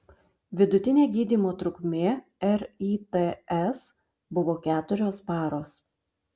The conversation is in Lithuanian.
vidutinė gydymo trukmė rits buvo keturios paros